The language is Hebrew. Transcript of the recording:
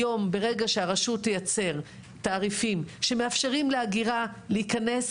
גם אם יהיה 50 אגורות או חצי אגורה --- התעריף שמתמרץ אנרגיה מתחדשת